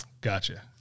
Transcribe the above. Gotcha